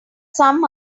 some